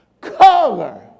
color